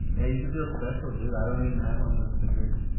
you should feel special dude, i don't even have one of those stickers.